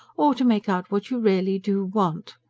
or to make out what you really do want,